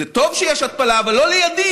זה טוב שיש התפלה, אבל לא לידי.